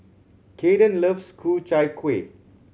Kayden loves Ku Chai Kueh